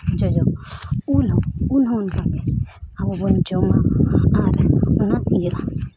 ᱡᱚᱡᱚ ᱦᱚᱸ ᱩᱞ ᱦᱚᱸ ᱩᱞ ᱦᱚᱸ ᱚᱱᱠᱟ ᱜᱮ ᱟᱵᱚ ᱵᱚᱱ ᱡᱚᱢᱟ ᱟᱨ ᱚᱱᱟ ᱤᱭᱟᱹᱜᱼᱟ